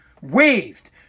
Waved